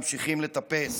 ממשיכים לטפס.